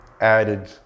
added